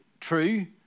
true